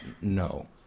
no